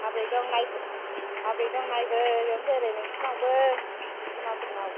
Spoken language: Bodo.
आबै दं नायबो आबै दं नायबोजोबनोसै ओरै नोंसोरनावबो खुरमाफोरनाव